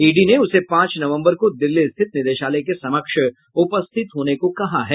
ED ने उसे पांच नवम्बर को दिल्ली स्थित निदेशालय के समक्ष उपस्थित होने को कहा है